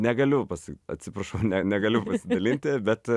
negaliu pasa atsiprašau ne negaliu pasidalinti bet